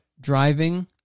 Driving